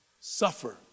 suffer